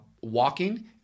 walking